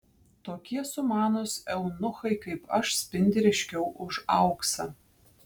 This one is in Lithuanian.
tokie sumanūs eunuchai kaip aš spindi ryškiau už auksą